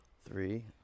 three